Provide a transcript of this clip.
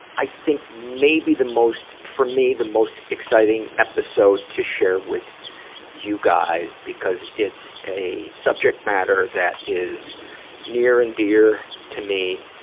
i think, maybe the most for me the most exciting episode to share with you guys because it's a subject matter that is near and dear to me,